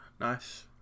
nice